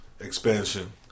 Expansion